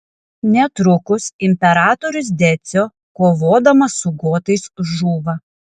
netrukus imperatorius decio kovodamas su gotais žūva